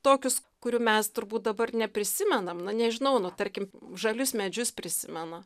tokius kurių mes turbūt dabar neprisimenam na nežinau nu tarkim žalius medžius prisimena